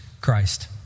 Christ